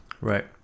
Right